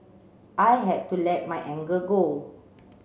I had to let my anger go